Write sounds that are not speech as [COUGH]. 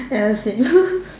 ya same [LAUGHS]